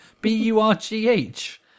B-U-R-G-H